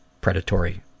predatory